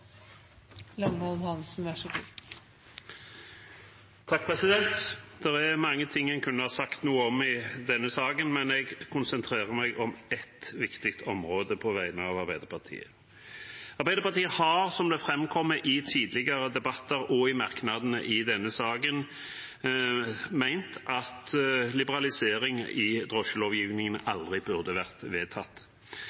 mange ting en kunne sagt noe om i denne saken, meg jeg konsentrerer meg om ett viktig område på vegne av Arbeiderpartiet. Arbeiderpartiet har, som det framkommer i tidligere debatter og i merknadene i denne saken, ment at liberaliseringen i drosjelovgivningen